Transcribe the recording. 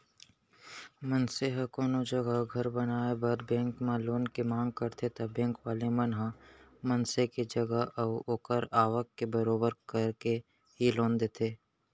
मनसे ह कोनो जघा घर बनाए बर बेंक म लोन के मांग करथे ता बेंक वाले मन ह मनसे के जगा अऊ ओखर आवक के बरोबर करके ही लोन देथे